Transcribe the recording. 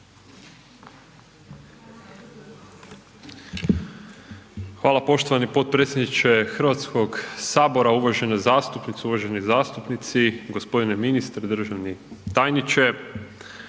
Hvala poštovani potpredsjedniče Hrvatskoga sabora, uvažene zastupnice, uvaženi zastupnici, gospodine ministre, državni tajniče.